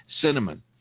cinnamon